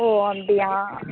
ஓ அப்படியா